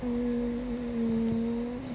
mm